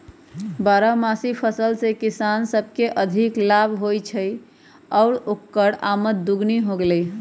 बारहमासी फसल से किसान सब के अधिक लाभ होई छई आउर ओकर आमद दोगुनी हो गेलई ह